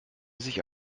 sich